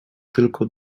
tylko